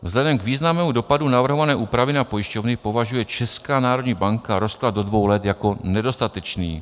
Vzhledem k významnému dopadu navrhované úpravy na pojišťovny považuje Česká národní banka rozklad do dvou let jako nedostatečný.